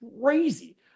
crazy